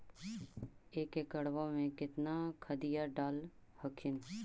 एक एकड़बा मे कितना खदिया डाल हखिन?